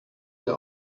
der